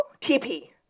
TP